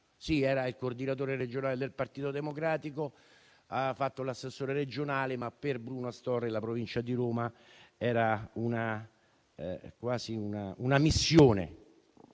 Era coordinatore regionale del Partito Democratico ed è stato assessore regionale, ma per Bruno Astorre la provincia di Roma era quasi una missione.